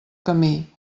camí